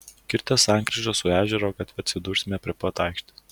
kirtę sankryžą su ežero gatve atsidursime prie pat aikštės